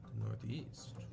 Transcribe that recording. Northeast